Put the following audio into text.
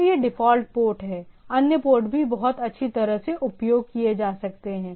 तो यह default port है अन्य पोर्ट भी बहुत अच्छी तरह से उपयोग किए जा सकते हैं